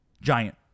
giant